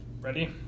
Ready